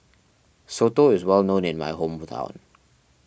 Soto is well known in my hometown